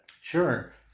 Sure